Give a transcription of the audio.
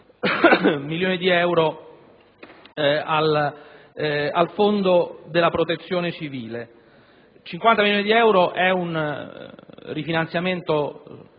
milioni di euro al fondo della protezione civile. La somma di 50 milioni di euro è un rifinanziamento